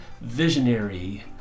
visionary